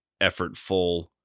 effortful